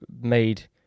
made